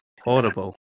horrible